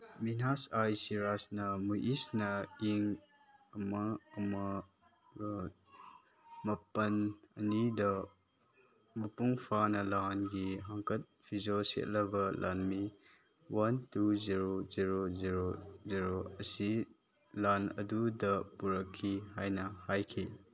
ꯃꯤꯅꯥꯁ ꯑꯥꯏ ꯁꯤꯔꯥꯁꯅ ꯃꯨꯌꯤꯁꯅ ꯏꯪ ꯑꯃ ꯑꯃꯒ ꯃꯥꯄꯟ ꯑꯅꯤꯗ ꯃꯄꯨꯡ ꯐꯥꯅ ꯂꯥꯟꯒꯤ ꯍꯪꯀꯠ ꯐꯤꯖꯣꯟ ꯁꯦꯠꯂꯒ ꯂꯥꯟꯃꯤ one two zero zero zero zero ꯑꯁꯤ ꯂꯥꯟ ꯑꯗꯨꯗ ꯄꯨꯔꯛꯈꯤ ꯍꯥꯏꯅ ꯍꯥꯏꯈꯤ